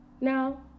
Now